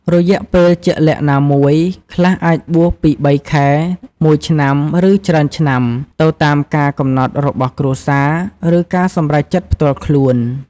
រយៈពេលជាក់លាក់ណាមួយ ខ្លះអាចបួសពីរបីខែ មួយឆ្នាំ ឬច្រើនឆ្នាំ ទៅតាមការកំណត់របស់គ្រួសារ ឬការសម្រេចចិត្តផ្ទាល់ខ្លួន។